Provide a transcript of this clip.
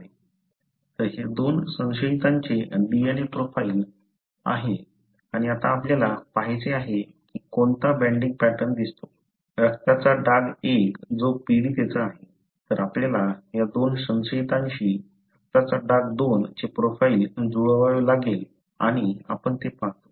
तर हे दोन संशयितांचे DNA प्रोफाइल आहे आणि आता आपल्याला पाहायचे आहे की कोणता बँडिंग पॅटर्न दिसतो रक्ताचा डाग 1 जो पीडितेचा आहे तर आपल्याला या दोन संशयितांशी रक्ताचा डाग 2 चे प्रोफाइल जुळवावे लागेल आणि आपण ते पाहतो